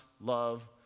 love